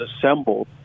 assembled